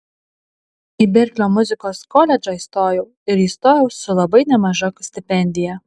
į berklio muzikos koledžą įstojau ir įstojau su labai nemaža stipendija